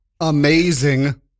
amazing